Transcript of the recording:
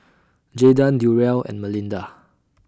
Jaydan Durrell and Melinda